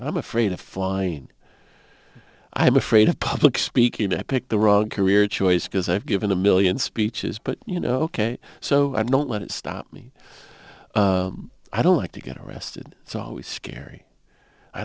of i'm afraid of flying i'm afraid of public speaking i picked the rug career choice because i've given a million speeches but you know ok so i don't let it stop me i don't like to get arrested it's always scary i